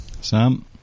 Sam